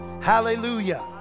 hallelujah